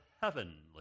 heavenly